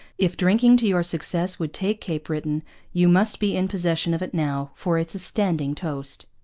if drinking to your success would take cape britton you must be in possession of it now, for it's a standing toast.